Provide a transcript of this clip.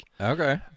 Okay